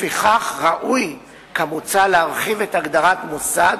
לפיכך ראוי, כמוצע, להרחיב את הגדרת "מוסד"